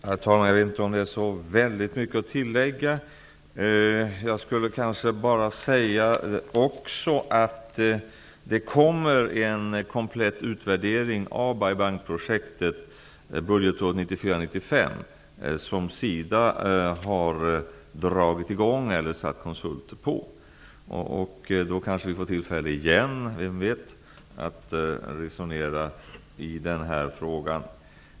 Herr talman! Jag vet inte om det är så mycket mer att tillägga. Men jag kanske skulle tala om att det kommer en komplett utvärdering av Bai Bangprojektet under budgetåret 1994/95. Den har SIDA gett konsulter i uppdrag att göra. Då kanske vi får tillfälle att återigen resonera om den här frågan.